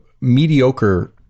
mediocre